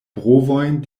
brovojn